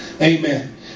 Amen